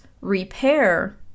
repair